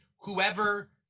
whoever